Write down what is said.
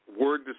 Word